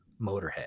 Motorhead